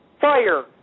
fire